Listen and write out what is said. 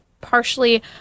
partially